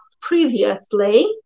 previously